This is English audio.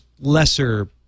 lesser